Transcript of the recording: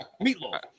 Meatloaf